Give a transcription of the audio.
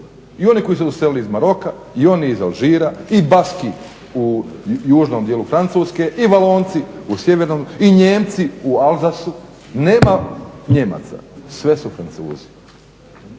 I oni koji su doselili iz Maroka i oni iz Alžira i Baski u južnom dijelu Francuske i Valonci u sjevernom i Nijemci u … /Govornik se ne razumije./… Nema Nijemaca, sve su Francuzi.